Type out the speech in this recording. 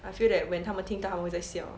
I feel that when 他们听到他们会在笑